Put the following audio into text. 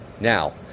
Now